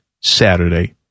Saturday